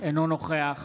אינו נוכח